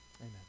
Amen